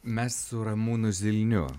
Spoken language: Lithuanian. mes su ramūnu zilniu